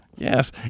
Yes